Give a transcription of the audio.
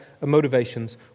motivations